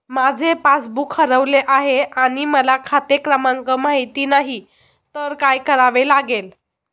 माझे पासबूक हरवले आहे आणि मला खाते क्रमांक माहित नाही तर काय करावे लागेल?